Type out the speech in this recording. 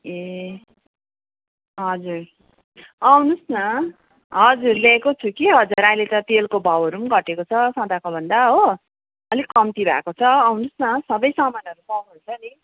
ए हजुर आउनुहोस् न हजुर लिएको छु कि हजुर अहिले त तेलको भाउहरू पनि घटेको छ सदाको भन्दा हो अलिक कम्ति भएको छ आउनुहोस् न सबै सामानहरू पाउनु हुन्छ नि